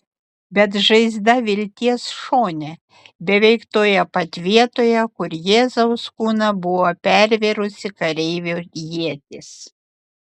bet žaizda vilties šone beveik toje pat vietoje kur jėzaus kūną buvo pervėrusi kareivio ietis